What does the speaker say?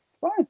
fine